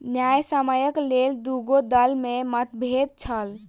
न्यायसम्यक लेल दुनू दल में मतभेद छल